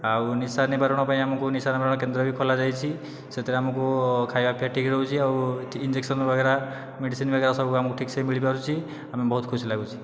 ଆଉ ନିଶା ନିବାରଣ ପାଇଁ ଆମକୁ ନିଶା ନିବାରଣ କେନ୍ଦ୍ର ବି ଖୋଲା ଯାଇଛି ସେଥିରେ ଆମକୁ ଖାଇବା ପିଇବା ଠିକରେ ରହୁଛି ଆଉ ଇଞ୍ଜେକ୍ସନ ବଗେରା ମେଡ଼ିସିନ ବଗେରା ସବୁ ଆମକୁ ଠିକ ସେ ମିଳିପାରୁଛି ଆମେ ବହୁତ ଖୁସି ଲାଗୁଛି